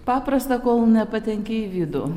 paprasta kol nepatenki į vidų